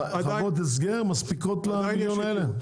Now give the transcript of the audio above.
חוות ההסגר מספיקות ל- 1 מיליון האלה?